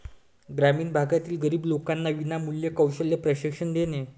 ग्रामीण भागातील गरीब लोकांना विनामूल्य कौशल्य प्रशिक्षण देणे